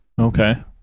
okay